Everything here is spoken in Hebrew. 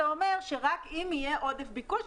אתה אומר שרק אם יהיה עודף ביקוש,